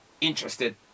interested